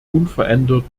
unverändert